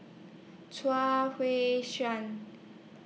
Hui